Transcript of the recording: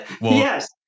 Yes